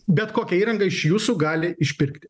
bet kokią įrangą iš jūsų gali išpirkti